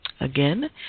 again